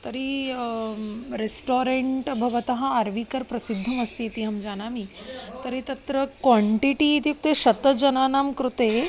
तर्हि रेस्टोरेण्ट् भवतः आर्विकर् प्रसिद्धमस्ति इति अहं जानामि तर्हि तत्र क्वाण्टिटि इत्युक्ते शतजनानां कृते